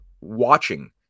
watching